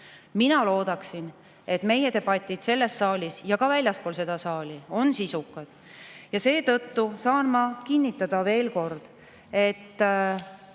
Mina loodaksin, et meie debatid selles saalis ja ka väljaspool seda saali on sisukad. Ja seetõttu saan ma kinnitada veel kord, et